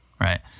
right